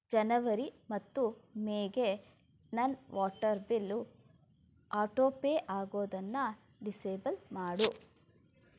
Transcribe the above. ಜನವರಿ ಮತ್ತು ಮೇಗೆ ನನ್ನ ವಾಟರ್ ಬಿಲ್ ಆಟೋಪೇ ಆಗೋದನ್ನು ಡಿಸೇಬಲ್ ಮಾಡು